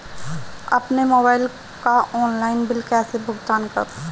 अपने मोबाइल का online bill कैसे भुगतान करूं?